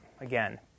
Again